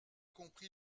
compris